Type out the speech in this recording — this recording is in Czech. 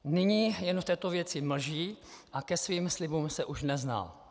Nyní jen v této věci mlží a ke svým slibům se už nezná.